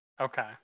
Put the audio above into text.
okay